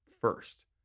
first